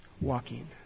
walking